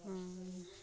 हां